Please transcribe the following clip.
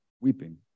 weeping